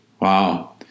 Wow